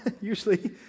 usually